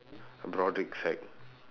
broadrick sec